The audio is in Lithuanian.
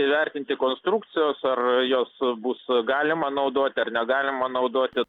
įvertinti konstrukcijos ar jos bus galima naudoti ar negalima naudoti